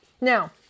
Now